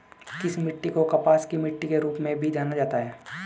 किस मिट्टी को कपास की मिट्टी के रूप में जाना जाता है?